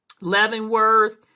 Leavenworth